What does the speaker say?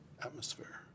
atmosphere